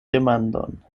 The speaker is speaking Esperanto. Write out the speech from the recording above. demandon